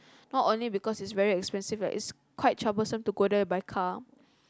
not only because it's very expensive like it's quite troublesome to go there by car